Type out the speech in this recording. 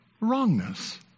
wrongness